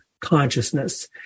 consciousness